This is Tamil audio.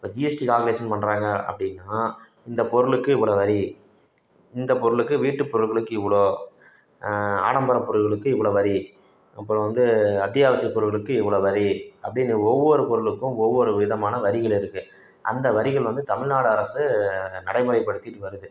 இப்போ ஜிஎஸ்டி கால்குலேஷன் பண்ணுறாங்க அப்படின்னா இந்த பொருளுக்கு இவ்வளோ வரி இந்த பொருளுக்கு வீட்டு பொருள்களுக்கு இவ்வளோ ஆடம்பர பொருள்களுக்கு இவ்வளோ வரி அப்பறம் வந்து அத்தியாவசியப் பொருள்களுக்கு இவ்வளோ வரி அப்படின்னு ஒவ்வொரு பொருளுக்கும் ஒவ்வொரு விதமான வரிகள் இருக்குது அந்த வரிகள் வந்து தமிழ்நாடு அரசு நடைமுறைப்படுத்திகிட்டு வருது